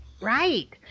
right